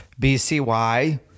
BCY